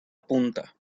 punta